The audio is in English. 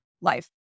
life